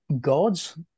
God's